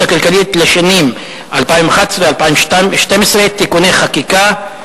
הכלכלית לשנים 2011 ו-2012 (תיקוני חקיקה).